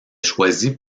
choisie